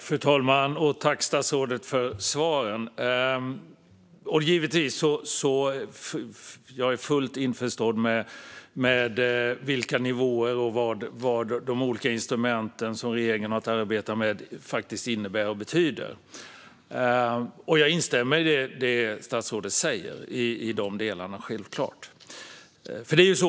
Fru talman! Tack, statsrådet, för svaren! Givetvis är jag fullt införstådd med vilka nivåer det är och vad de olika instrument som regeringen har att arbeta med innebär och betyder. Jag instämmer självklart i det statsrådet säger i de delarna.